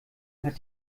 hat